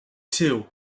two